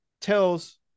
tells